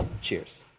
cheers